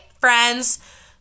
friends